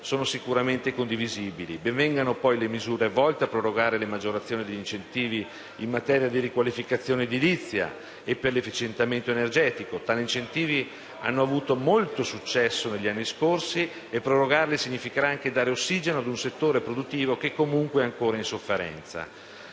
sono sicuramente condivisibili. Ben vengano poi le misure volte a prorogare le maggiorazioni degli incentivi in materia di riqualificazione edilizia e per l'efficientamento energetico. Tali incentivi hanno avuto molto successo negli anni scorsi e prorogarle significherà anche dare ossigeno a un settore produttivo che comunque è ancora in sofferenza.